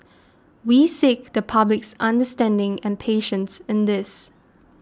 we seek the public's understanding and patience in this